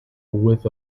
with